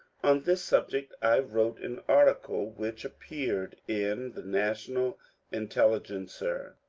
on this subject i wrote an article which appeared in the national intelligencer.